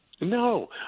No